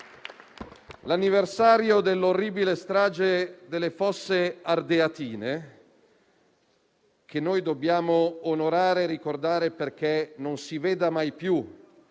l'anniversario dell'orribile strage delle fosse ardeatine, che dobbiamo onorare e ricordare, perché non si veda mai più